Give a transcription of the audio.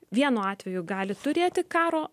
vienu atveju gali turėti karo